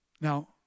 Now